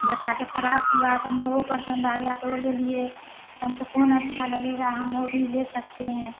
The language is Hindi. बच्चा के फरॉक हुआ त हमको वो परसंद आ गया तो वो ले लिए तो हमको कौन अच्छा लगेगा हम वो भी ले सकते हैं